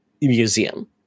Museum